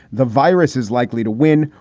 the virus is likely to win.